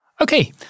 Okay